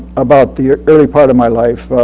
about the early part of my life.